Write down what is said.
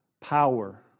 power